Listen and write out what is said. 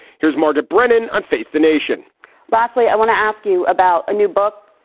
here's margaret brennan on face the nation lastly, i want to ask you about a new book.